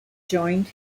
joined